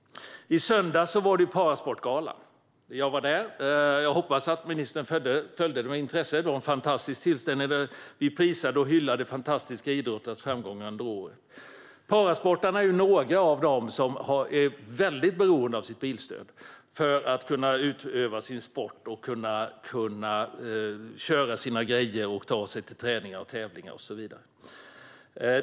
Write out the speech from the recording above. I söndags var det Parasportgalan. Jag var där, och jag hoppas att ministern följde den med intresse. Det var en fantastisk tillställning där vi prisade och hyllade fantastiska idrottares framgångar under året. Parasportarna är några av dem som är väldigt beroende av sitt bilstöd för att kunna utöva sin sport, köra sina grejer och ta sig till träningar och tävlingar och så vidare.